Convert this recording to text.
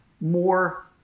more